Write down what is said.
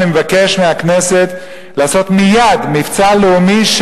אני מבקש מהכנסת לעשות מייד מבצע לאומי,